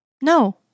No